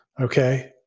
Okay